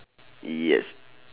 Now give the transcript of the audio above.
yes